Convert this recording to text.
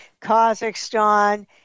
Kazakhstan